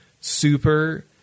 super